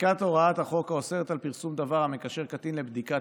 מחיקת הוראת החוק האוסרת פרסום דבר המקשר קטין לבדיקה,